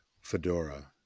fedora